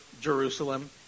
Jerusalem